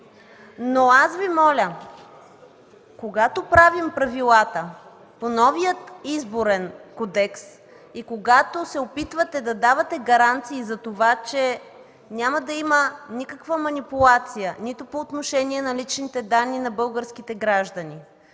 Но аз Ви моля, когато правим правилата по новия Изборен кодекс, и когато се опитвате да давате гаранции за това, че няма да има никаква манипулация нито по отношение на личните данни на българските граждани,